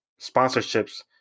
sponsorships